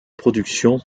production